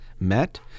met